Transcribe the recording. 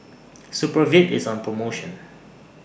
Supravit IS on promotion